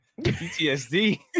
PTSD